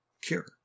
cure